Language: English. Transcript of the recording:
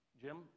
Jim